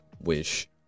wish